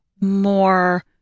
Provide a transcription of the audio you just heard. more